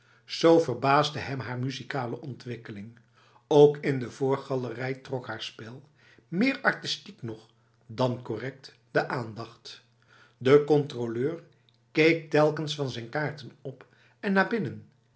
zo verbaasde hem haar muzikale ontwikkeling ook in de voorgalerij trok haar spel meer artistiek nog dan correct de aandacht de controleur keek telkens van zijn kaarten op en naar binnen